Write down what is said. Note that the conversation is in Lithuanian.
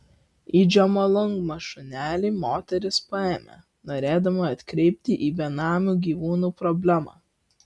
į džomolungmą šunelį moteris paėmė norėdama atkreipti į benamių gyvūnų problemą